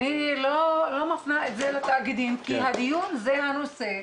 אני לא מפנה את זה לתאגידים כי הדיון זה הנושא,